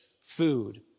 food